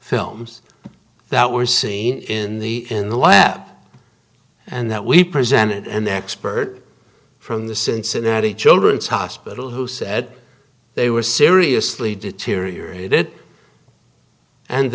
films that were seen in the in the lab and that we presented an expert from the cincinnati children's hospital who said they were seriously deteriorated and